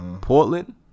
Portland